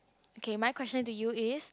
okay my question to you is